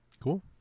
Cool